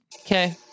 Okay